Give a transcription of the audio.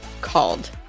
called